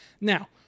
Now